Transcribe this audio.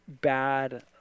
bad